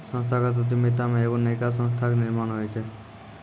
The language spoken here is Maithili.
संस्थागत उद्यमिता मे एगो नयका संस्था के निर्माण होय छै